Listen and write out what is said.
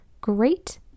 great